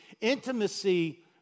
intimacy